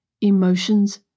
emotions